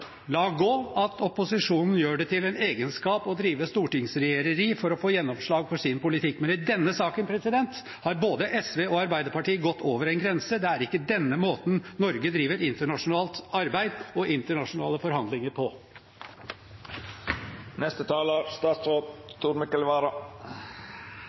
La gå at opposisjonen gjør det til en egenskap å drive stortingsregjereri for å få gjennomslag for sin politikk, men i denne saken har både SV og Arbeiderpartiet gått over en grense. Det er ikke denne måten Norge driver internasjonalt arbeid og internasjonale forhandlinger på.